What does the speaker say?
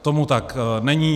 Tomu tak není.